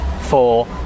four